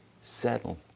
settle